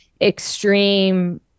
extreme